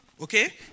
okay